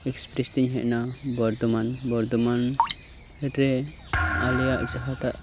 express ᱛᱤᱧ ᱦᱮᱡ ᱮᱱᱟ ᱵᱚᱨᱫᱢᱟᱱ ᱵᱚᱨᱫᱚᱢᱟᱱ ᱨᱮ ᱟᱞᱮᱭᱟᱜ ᱡᱟᱦᱟᱸᱴᱟᱜ